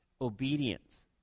Obedience